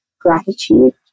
gratitude